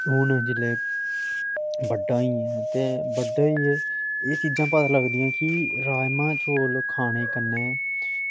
हून जेल्लै बड्डा होई गेआ ते बड्डे होइयै एह् चीज़ां पता लगदियां कि राजमांह् चौल खाने कन्नै